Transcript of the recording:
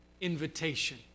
invitation